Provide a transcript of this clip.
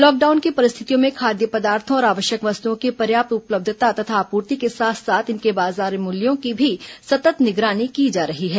lockdown की परिस्थितियों में खाद्य पदार्थों और आवश्यक वस्तुओं की पर्याप्त उपलब्धता तथा आपूर्ति के साथ साथ इनके बाजार मूल्यों की भी सतत निगरानी की जा रही है